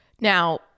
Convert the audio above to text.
Now